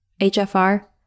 HFR